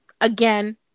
again